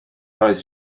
roedd